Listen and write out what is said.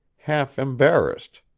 half embarrassed.